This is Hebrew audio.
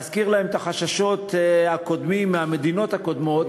להזכיר להם את החששות הקודמים מהמדינות הקודמות?